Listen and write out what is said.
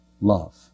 love